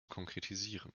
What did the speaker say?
konkretisieren